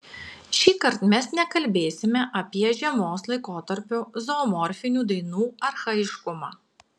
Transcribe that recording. šįkart mes nebekalbėsime apie žiemos laikotarpio zoomorfinių dainų archaiškumą